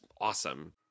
awesome